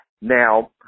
Now